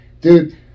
dude